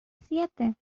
siete